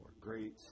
great